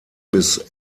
bis